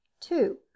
two